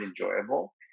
enjoyable